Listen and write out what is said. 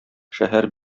шәһәр